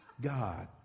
God